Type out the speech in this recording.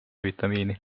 vitamiini